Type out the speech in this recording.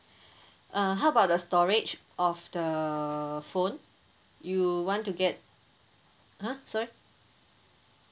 uh how about the storage of the phone you want to get !huh! sorry